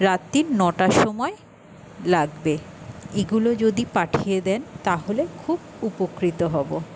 রাত্রির নটার সময় লাগবে এগুলো যদি পাঠিয়ে দেন তাহলে খুব উপকৃত হবো